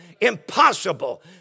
Impossible